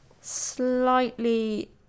slightly